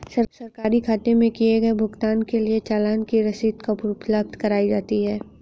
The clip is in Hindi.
सरकारी खाते में किए गए भुगतान के लिए चालान की रसीद कब उपलब्ध कराईं जाती हैं?